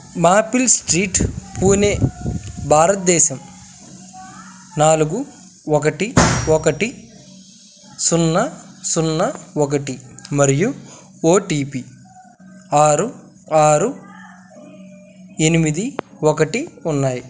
maple street Pune భారత్దేశం నాలుగు ఒకటి ఒకటి సున్నా సున్నా ఒకటి మరియు ఓ టీ పీ ఆరు ఆరు ఎనిమిది ఒకటి ఉన్నాయి